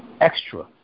Extra